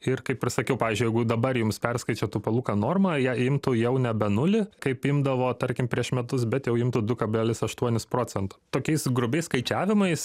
ir kaip ir sakiau pavyzdžiui jeigu dabar jums perskaičiuotų palūkanų normą ją imtų jau nebe nulį kaip imdavo tarkim prieš metus bet jau imtų du kablelis aštuonis procento tokiais grubiais skaičiavimais